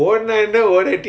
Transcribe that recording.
ya